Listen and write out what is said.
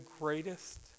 greatest